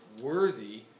worthy